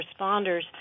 responders